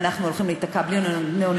ואנחנו הולכים להיתקע בלי נאונטולוגים,